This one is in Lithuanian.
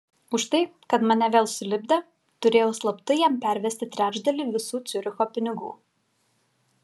už tai kad mane vėl sulipdė turėjau slaptai jam pervesti trečdalį visų ciuricho pinigų